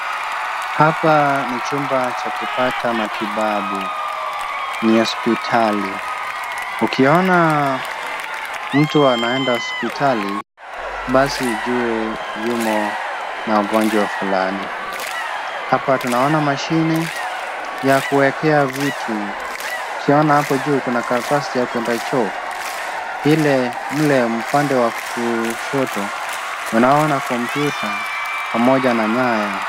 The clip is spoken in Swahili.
Hapa ni chumba cha kupata matibabu, ni hospitali. Ukiona mtu anaenda hospitali, basi ujue yumo na ugonjwa fulani. Hapa tunaona mashine ya kuwekea vitu. Ukiona hapo juu kuna karatasi ya kuenda choo ile mle upande wa kushoto unaona kompyuta pamoja na nyaya.